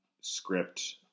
script